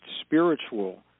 spiritual